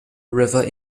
river